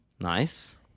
nice